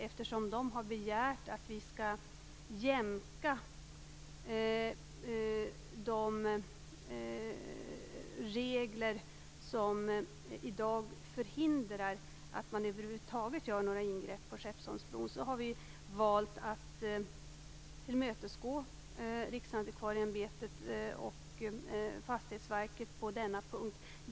Eftersom de har begärt att vi skall jämka de regler som i dag förhindrar att man över huvud taget gör några ingrepp på Skeppsholmsbron har vi valt att tillmötesgå Riksantikvarieämbetet och Fastighetsverket på denna punkt.